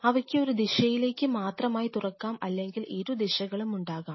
അവയ്ക്ക് ഒരു ദിശയിലേക്ക് മാത്രമായി ആയി തുറക്കാം അല്ലെങ്കിൽ ഇരു ദിശകളും ഉണ്ടാകാം